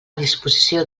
disposició